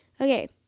okay